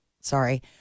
Sorry